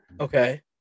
okay